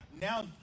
Now